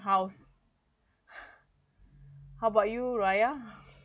house how about you raya